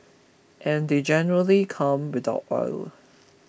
and they generally come without oil